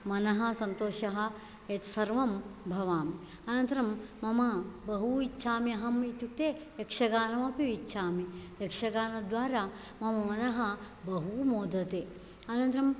मनः सन्तोषः यत्सर्वं भवामि अनन्तरं मम बहु इच्छाम्यहम् इत्युक्ते यक्षगानमपि इच्छामि यक्षगानद्वारा मम मनः बहु मोदते अनन्तरं